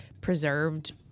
preserved